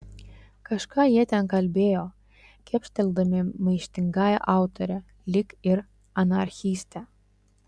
kažką jie ten kalbėjo kepšteldami maištingąją autorę lyg ir anarchistę